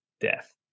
death